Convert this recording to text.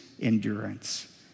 endurance